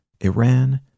Iran